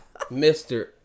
Mr